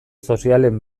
sozialen